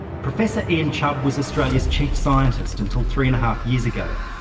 professor ian chubb was australia's chief scientist until three and a half years ago.